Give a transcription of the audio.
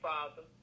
Father